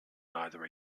neither